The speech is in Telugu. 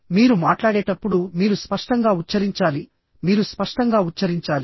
మీరు మాట్లాడేటప్పుడు మీరు స్పష్టంగా ఉచ్ఛరించాలి మీరు స్పష్టంగా ఉచ్ఛరించాలి